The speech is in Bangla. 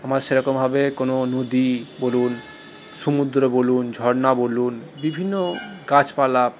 আমার সেরকমভাবে কোন নদী বলুন সমুদ্র বলুন ঝর্না বলুন বিভিন্ন গাছপালা